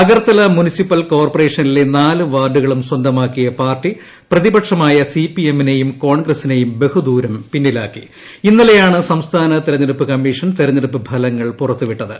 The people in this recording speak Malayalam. അഗർത്തല മുനിസിപ്പൽ കോർപ്പറേഷനിലെ നാല് വാർഡുകളും സ്വന്തമാക്കിയ പാർട്ടി പ്രതിപക്ഷമായ സിപിഎമ്മിനേയും കോൺഗ്രസ്സിനേയും ബഹുദൂരം പിന്നിലാക്കി ഇന്നലെയാണ് സംസ്ഥാന തെരഞ്ഞെടുപ്പ് കമ്മീഷൻ തെരഞ്ഞെടൂപ്പ് ഫലങ്ങൾ പുറത്തു വിട്ടത്